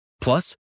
Plus